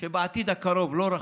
שבעתיד הקרוב, לא רחוק,